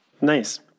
Nice